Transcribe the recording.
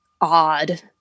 odd